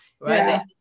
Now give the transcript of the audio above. Right